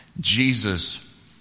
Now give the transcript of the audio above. Jesus